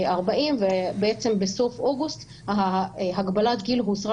40 בעצם בסוף אוגוסט הגבלת הגיל הוסרה